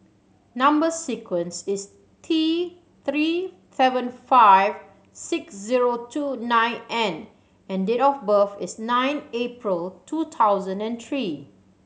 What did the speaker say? number sequence is T Three seven five six zero two nine N and date of birth is nine April two thousand and three